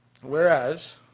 Whereas